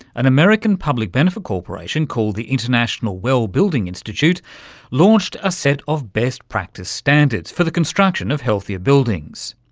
an american public benefit corporation called the international well building institute launched a set of best practice standards for the construction of healthier buildings.